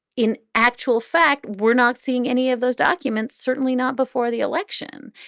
in actual fact, we're not seeing any of those documents, certainly not before the election.